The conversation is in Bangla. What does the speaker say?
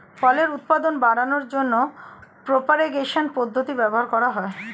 ফলের উৎপাদন বাড়ানোর জন্য প্রোপাগেশন পদ্ধতি ব্যবহার করা হয়